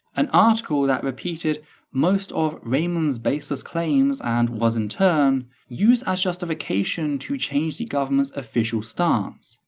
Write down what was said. an article that repeated most of raymond's baseless claims and was in turn used as justification to change the government's official stance.